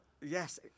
yes